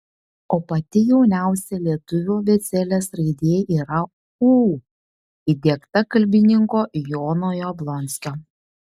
o pati jauniausia lietuvių abėcėlės raidė yra ū įdiegta kalbininko jono jablonskio